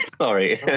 Sorry